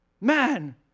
man